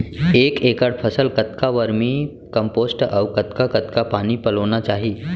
एक एकड़ फसल कतका वर्मीकम्पोस्ट अऊ कतका कतका पानी पलोना चाही?